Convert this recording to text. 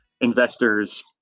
investors